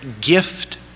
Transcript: gift